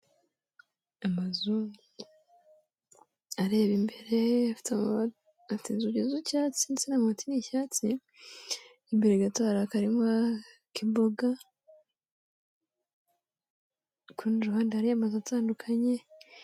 Amazu areba imbere afite inzugi z'icyatsi, ndwtse n'amabati bi icyatsi. Imbere gato hari akarima k'imboga, k rundi ruhande hariyo amazu atandukanye.